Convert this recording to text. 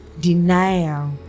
denial